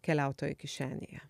keliautojų kišenėje